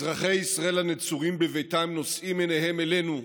אזרחי ישראל הנצורים בביתם נושאים עיניהם אלינו,